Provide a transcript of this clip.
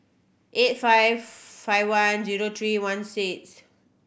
eight five five one zero three one six